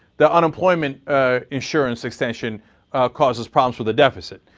the unemployment insurance extension causes problems with the deficit.